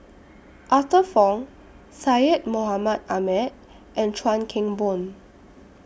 Arthur Fong Syed Mohamed Ahmed and Chuan Keng Boon